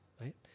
right